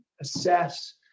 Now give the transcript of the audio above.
assess